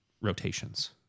rotations